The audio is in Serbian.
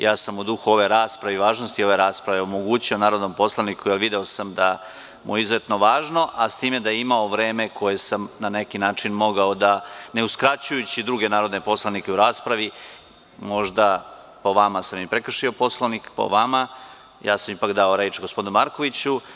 Ja sam u duhu ove rasprave i važnosti ove rasprave omogućio narodnom poslaniku, jer sam video da mu je izuzetno važno, a s tim da je imao vreme koje sam na neki način mogao da, ne uskraćujući druge narodne poslanike u raspravi, možda, po vama sam i prekršio Poslovnik, ja sam ipak dao reč gospodinu Markoviću.